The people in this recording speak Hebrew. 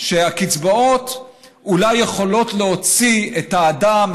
שהקצבאות אולי יכולות להוציא את האדם,